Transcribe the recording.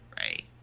right